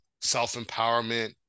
self-empowerment